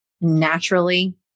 naturally